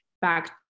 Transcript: back